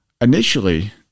Initially